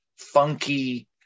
funky